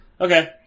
Okay